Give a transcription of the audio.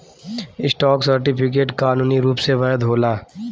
stock certificate कानूनी रूप से वैध होला